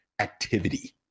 activity